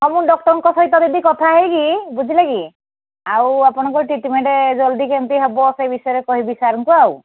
ହଁ ମୁଁ ଡକ୍ଟରଙ୍କ ସହିତ ଯଦି କଥା ହୋଇକି ବୁଝିଲେ କି ଆଉ ଆପଣଙ୍କୁ ଟ୍ରିଟ୍ମେଣ୍ଟ୍ ଜଲ୍ଦି କେମିତି ହେବ ସେ ବିଷୟରେ କହିବି ସାର୍ଙ୍କୁ ଆଉ